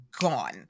gone